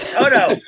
Toto